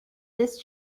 this